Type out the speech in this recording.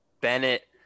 Bennett